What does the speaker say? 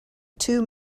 too